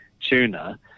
tuna